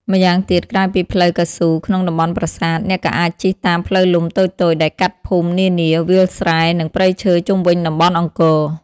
ម្យ៉ាងទៀត ក្រៅពីផ្លូវកៅស៊ូក្នុងតំបន់ប្រាសាទ អ្នកក៏អាចជិះតាមផ្លូវលំតូចៗដែលកាត់ភូមិនានា វាលស្រែ និងព្រៃឈើជុំវិញតំបន់អង្គរ។